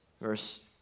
Verse